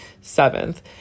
Seventh